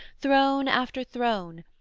throne after throne,